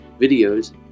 videos